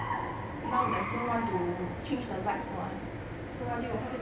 now there is no one to change the lights for us so 他就他就